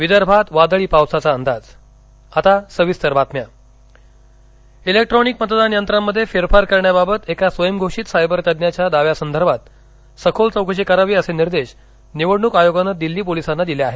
विदर्भात आज वादळी पावसाचा अंदाज इव्हीएम इलेक्ट्रॉनिक मतदान यंत्रामध्ये फेरफार करण्याबाबत एका स्वयंघोषित सायबर तज्ञाच्या दाव्यासंदर्भात सखोल चौकशी करावी असे निर्देश निवडणूक आयोगानं दिल्ली पोलिसांना दिले आहेत